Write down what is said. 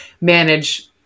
manage